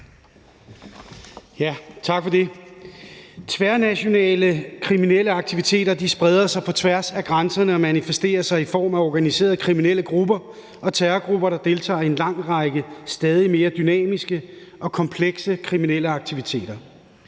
Tak for det. »Tværnationale kriminelle aktiviteter spreder sig på tværs af grænserne og manifesterer sig i form af organiserede kriminelle grupper og terrorgrupper, der deltager i en lang række stadig mere dynamiske og komplekse kriminelle aktiviteter.